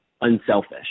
unselfish